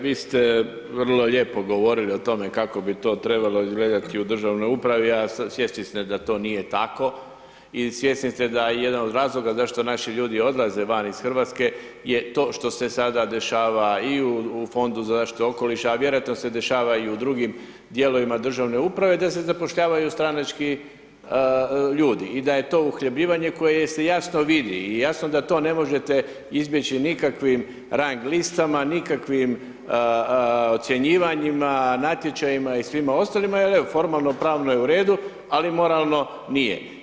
Hvala lijepo, kolega Ćuraj vi ste vrlo lijepo govorili o tome kako bi to trebalo izgledati u državnoj upravi, a svjesni ste da to nije tako i svjesni ste da jedan od razloga zašto naši ljudi odlaze van iz Hrvatske je to što se sada dešava i u Fondu za zaštitu okoliša, a vjerojatno se dešava i u drugim dijelovima državne uprave, da se zapošljavaju stranački ljudi i da je to uhljebljivanje koje se jasno vidi i jasno da to ne možete izbjeći nikakvim rang listama, nikakvim ocjenjivanjima, natječajima i svima ostalima jer evo formalno-pravno je u redu ali moralno nije.